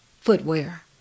footwear